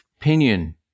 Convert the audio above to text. opinion